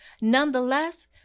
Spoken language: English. Nonetheless